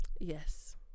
Yes